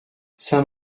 saint